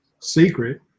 secret